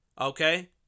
Okay